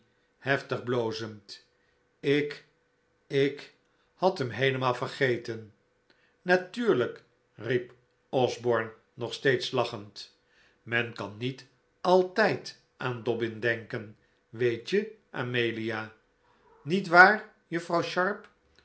hevig blozend ik ik had hem heeleinaal vergeten natuurlijk riep osborne nog steeds lachend men kan niet altijd aan dobbin denken weet je amelia niet waar juffrouw sharp